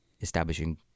establishing